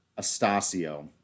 Astacio